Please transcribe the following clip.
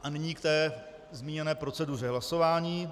A nyní ke zmíněné proceduře hlasování.